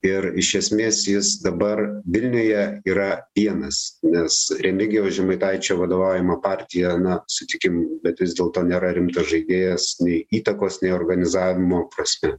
ir iš esmės jis dabar vilniuje yra vienas nes remigijaus žemaitaičio vadovaujama partija na sutikim bet vis dėlto nėra rimtas žaidėjas nei įtakos nei organizavimo prasme